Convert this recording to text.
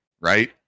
right